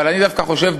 אבל אני דווקא חושב,